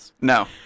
No